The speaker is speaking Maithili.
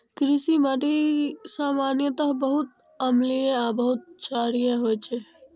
कृषि माटि सामान्यतः बहुत अम्लीय आ बहुत क्षारीय होइ छै